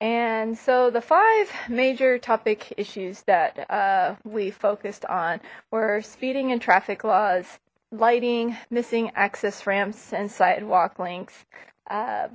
and so the five major topic issues that we focused on were speeding and traffic laws lighting missing access ramps and sidewalk links